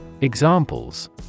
Examples